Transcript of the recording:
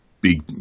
big